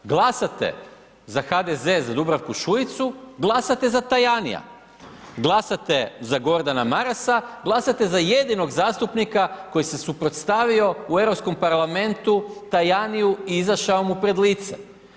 Glasate za HDZ, za Dubravku Šuicu, glasate za Tajanija, glasate za Gordana Marasa, glasate za jedinog zastupnika koji se suprotstavio u Europskom parlamentu Tajaniju i izašao mu pred lice.